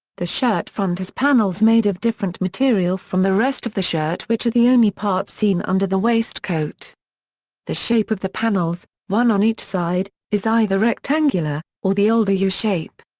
the shirt front has panels made of different material from the rest of the shirt which are the only parts seen under the waistcoat. the shape of the panels, one on each side, is either rectangular, or the older yeah u-shape.